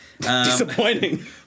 Disappointing